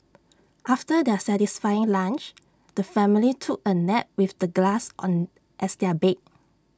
after their satisfying lunch the family took A nap with the grass on as their bed